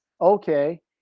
Okay